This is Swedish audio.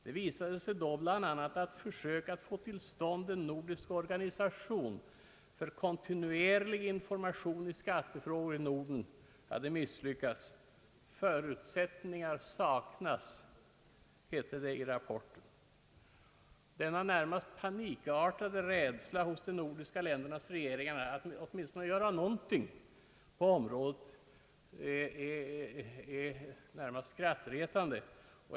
Det visade sig bl.a. att försök att få till stånd en nordisk organisation för kontinuerlig information i skattefrågor länderna emellan hade misslyckats. »Förutsättningar saknas», hette det i rapporten. Denna närmast panikartade rädsla hos de nordiska ländernas regeringar att göra någonting på området är nästan skrattretande.